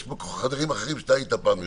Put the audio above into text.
יש פה חדרים אחרים שאתה היית יושב-ראש.